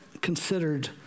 considered